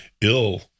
ill